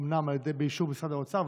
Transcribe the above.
אומנם באישור משרד האוצר,